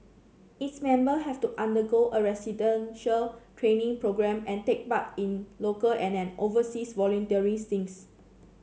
its member have to undergo a residential training programme and take part in local and an overseas volunteering stints